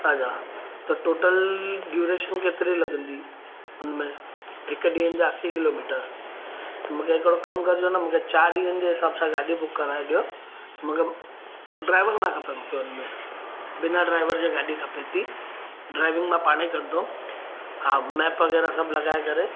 अच्छा त total duration केतिरे लॻंदी हुन में हिकु ॾींहंनि जा असी किलोमीटर त मूंखे हिकिड़ो कमु कजो न मूंखे चारि ॾींहंनि जे हिसाब सां गाॾी बुक कराए ॾियो मूंखे ड्राइवर न खपे मूंखे उन में बिना ड्राइवर जे गाॾी खपे थी ड्राइविंग मां पाण ई कंदुमि हा मैप वग़ैरह सभु लॻाए करे